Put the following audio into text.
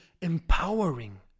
empowering